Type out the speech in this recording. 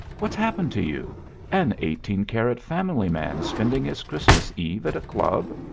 what's happened to you an eighteen-karat family man spending his christmas eve at a club?